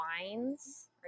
Wines